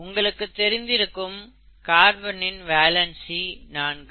உங்களுக்கு தெரிந்திருக்கும் கார்பனின் வேலென்சி நான்கு